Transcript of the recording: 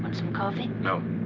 some coffee? no.